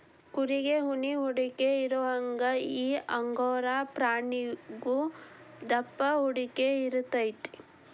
ಕುರಿಗೆ ಉಣ್ಣಿ ಹೊದಿಕೆ ಇರುವಂಗ ಈ ಅಂಗೋರಾ ಪ್ರಾಣಿಗು ದಪ್ಪ ಹೊದಿಕೆ ಇರತತಿ